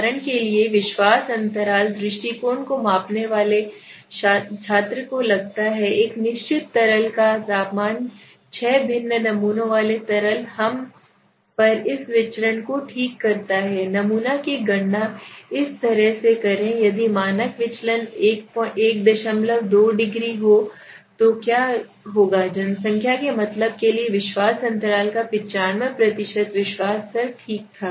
उदाहरण के लिए विश्वास अंतराल दृष्टिकोण को मापने वाले छात्र को लगता है एक निश्चित तरल का तापमान छह भिन्न नमूनों वाले तरल हम पर इस विचरण को ठीक करता है नमूना की गणना इस तरह से करें यदि मानक विचलन 12 डिग्री हो तो क्या होगा जनसंख्या के मतलब के लिए विश्वास अंतराल तब 95 विश्वास स्तर ठीक था